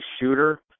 shooter